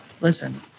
listen